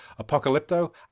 Apocalypto